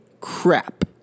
crap